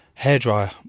hairdryer